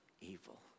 evil